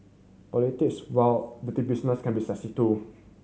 politics while dirty business can be sexy too